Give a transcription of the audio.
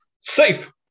safe